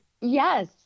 Yes